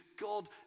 God